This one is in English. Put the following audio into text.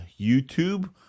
YouTube